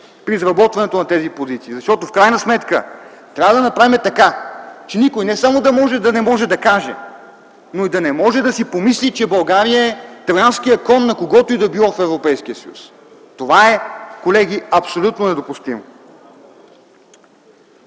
при изработването на тези позиции, защото в крайна сметка трябва да направим така, че никой не само да не може да каже, но и да не може да си помисли, че България е Троянският кон на когото и да било в Европейския съюз. Това, колеги, е абсолютно недопустимо.